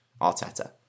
Arteta